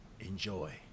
enjoy